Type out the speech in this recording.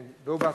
כן, והוא בהסכמה.